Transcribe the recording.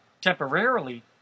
temporarily